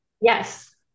yes